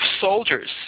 soldiers